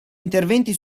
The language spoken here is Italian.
interventi